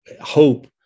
hope